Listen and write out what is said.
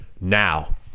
Now